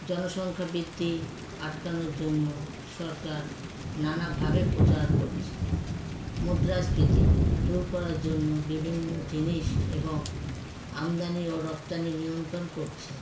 জনসংখ্যা বৃদ্ধি আটকানোর জন্য সরকার নানাভাবে প্রচার করছে মুদ্রাস্ফীতি দূর করার জন্য বিভিন্ন জিনিস এবং আমদানি ও রফতানি নিয়ন্ত্রণ করছে